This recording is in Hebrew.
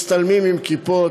מצטלמים עם כיפות,